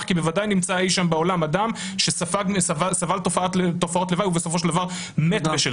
כי בוודאי נמצא אי-שם בעולם אדם שסבל תופעות לוואי ובסופו של דבר מת בשל